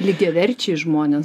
lygiaverčiai žmonės